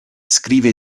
scrive